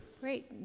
Great